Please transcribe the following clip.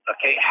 Okay